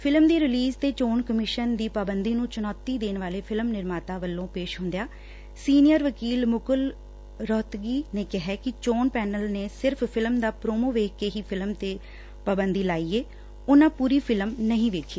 film ਦੀ release ਤੇ ਚੋਣ ਕਮਿਸ਼ਨ ਦੀ ਪਾਬੰਦੀ ਨੂੰ ਚੁਣੌਤੀ ਦੇਣ ਵਾਲੇ ਫਿਲਮ ਨਿਰਮਾਤਾ ਵੱਲੋਂ ਪੇਸ਼ ਹੁੰਦਿਆਂ ਸੀਨੀਅਰ ਵਕੀਲ ਮੁਕੁਲ ਰੋਹਤਗੀ ਨੇ ਕਿਹੈ ਕਿ ਚੋਣ ਪੈਨਲ ਨੇ ਸਿਰਫ ਫਿਲਮ ਦਾ ਪਰੋਮੋ ਵੇਖਕੇ ਹੀ ਫਿਲਮ ਤੇ ਪਾਬੰਦੀ ਲਾਈ ਏ ਉਨਾਂ ਪੁਰੀ ਫਿਲਮ ਨਹੀਂ ਵੇਖੀ